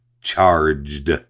charged